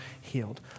healed